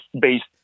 based